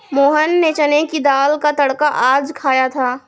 मोहन ने चने की दाल का तड़का आज खाया था